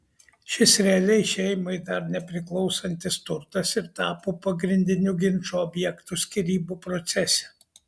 šis realiai šeimai dar nepriklausantis turtas ir tapo pagrindiniu ginčo objektu skyrybų procese